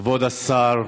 כבוד השר,